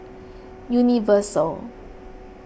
Universal